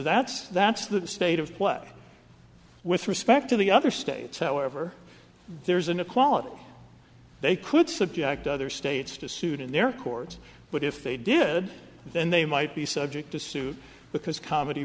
that's that's the state of play with respect to the other states however there's an equality they could subject other states to suit in their courts but if they did then they might be subject to suit because comedy